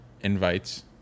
invites